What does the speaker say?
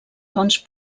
fonts